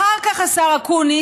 השר אקוניס,